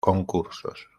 concursos